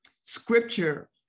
scripture